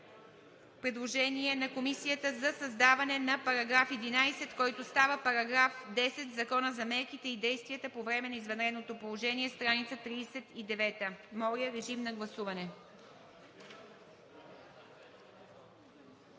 предложение на Комисията за създаване на § 11, който става § 10 в Закона за мерките и действията по време на извънредното положение – страница 39. Моля, режим на гласуване.